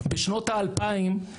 בשנות ה-2000,